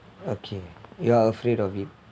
okay you are afraid of it